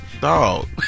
Dog